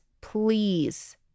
please